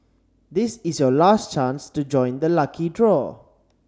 this is your last chance to join the lucky draw